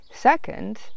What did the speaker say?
second